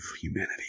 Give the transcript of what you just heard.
humanity